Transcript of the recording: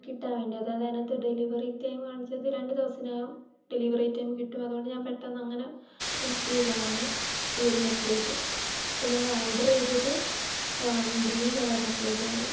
കിട്ടാൻ വേണ്ടി അതായത് അതിനകത്ത് ഡെലിവെറി ടൈം കാണിച്ചത് രണ്ട് ദിവസത്തിനകം ഡെലിവെറി ടൈം കിട്ടും അതുകൊണ്ട് ഞാൻ പെട്ടെന്ന് അങ്ങനെ ബുക്ക് ചെയ്തതാണ് ഈ ഒരു നെക്ലെയ്സ് ഇപ്പം ഞാൻ ഓഡർ ചെയ്തത് ഗ്രീൻ കളറ് നെക്ലെയ്സ് ആയിരുന്നു